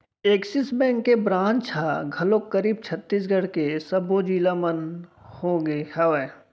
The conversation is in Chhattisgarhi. ऐक्सिस बेंक के ब्रांच ह घलोक करीब छत्तीसगढ़ के सब्बो जिला मन होगे हवय